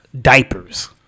diapers